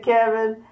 Kevin